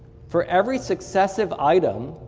for every successive item,